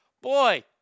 Boy